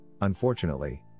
unfortunately